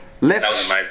Left